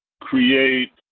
create